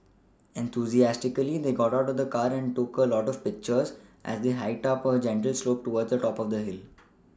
enthusiastically they got out of the car and took a lot of pictures as they hiked up a gentle slope towards the top of the hill